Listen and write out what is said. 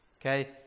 Okay